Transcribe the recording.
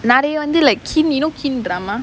நிறைய வந்து:niraiya vanthu like kin you know kin drama